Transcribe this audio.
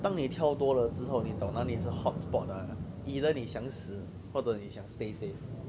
当你跳多了之后你找到哪些 hotspot !huh! either 你想死或者你想 stay safe